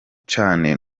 cane